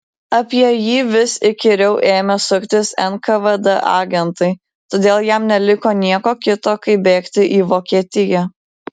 apie jį vis įkyriau ėmė suktis nkvd agentai todėl jam neliko nieko kito kaip bėgti į vokietiją